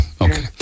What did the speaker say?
Okay